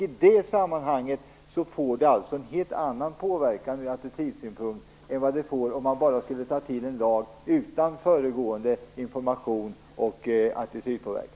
I det avseendet får förbudet en helt annan påverkan från attitydsynpunkt än vad det skulle få om man bara beslutade om en lag utan föregående information och attitydpåverkan.